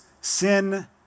sin